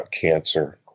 cancer